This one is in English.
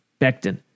Becton